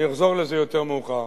אני אחזור לזה יותר מאוחר,